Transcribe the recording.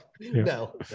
No